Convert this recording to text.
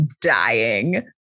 dying